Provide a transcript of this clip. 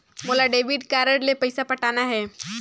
मोला debit card ले पइसा पटाना हे?